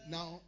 Now